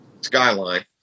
skyline